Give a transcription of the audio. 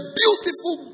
beautiful